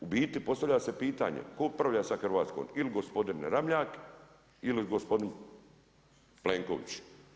U biti postavlja se pitanje tko upravlja sa Hrvatskom ili gospodin Ramljak ili gospodin Plenković.